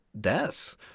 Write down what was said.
deaths